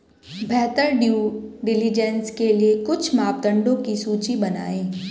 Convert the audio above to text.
बेहतर due diligence के लिए कुछ मापदंडों की सूची बनाएं?